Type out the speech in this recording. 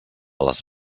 les